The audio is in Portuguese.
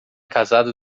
casado